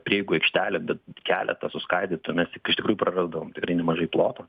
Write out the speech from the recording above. prieigų aikštelę bet keletą suskaidytų mes tik iš tikrųjų prarasdavom tikrai nemažai ploto